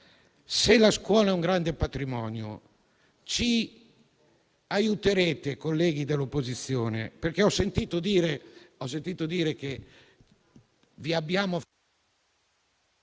se la scuola è un grande patrimonio, ci aiuterete, colleghi dell'opposizione. Ho sentito dire che come